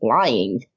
lying